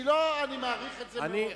אני מעריך את זה מאוד.